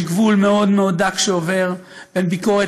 יש גבול מאוד מאוד דק שעובר בין ביקורת